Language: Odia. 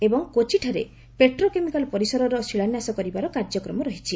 ଏବଂ କୋଚିଠାରେ ପେଟ୍ରୋକେମିକାଲ ପରିସରର ଶିଳାନ୍ୟାସ କରିବାର କାର୍ଯ୍ୟକ୍ରମ ରହିଛି